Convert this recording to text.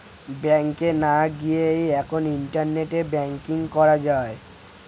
ব্যাংকে না গিয়েই এখন ইন্টারনেটে ব্যাঙ্কিং করা যায়